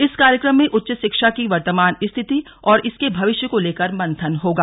इस कार्यक्रम में उच्च शिक्षा की वर्तमान स्थिति और इसके भविष्य को लेकर मंथन होगा